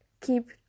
keep